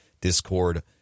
Discord